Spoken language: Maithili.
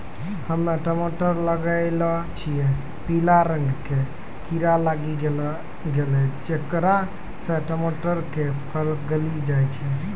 हम्मे टमाटर लगैलो छियै पीला रंग के कीड़ा लागी गैलै जेकरा से टमाटर के फल गली जाय छै?